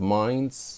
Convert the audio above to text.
minds